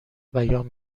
بیان